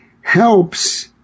helps